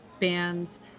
bands